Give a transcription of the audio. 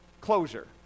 Closure